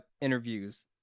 interviews